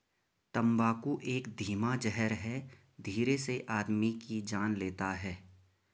तम्बाकू एक धीमा जहर है धीरे से आदमी की जान लेता है